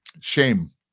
Shame